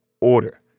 order